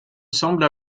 semble